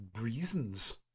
reasons